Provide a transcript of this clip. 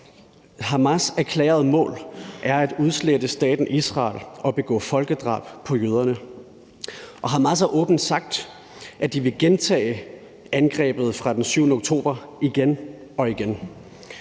Hamas' erklærede mål er at udslette staten Israel og begå folkedrab på jøderne, og Hamas har åbent sagt, at de vil gentage angrebet fra den 7. oktober igen og igen,